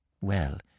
Well